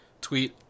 tweet